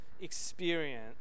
experience